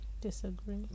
disagree